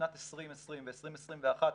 בשנת 2020 ו-2021,